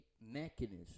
mechanism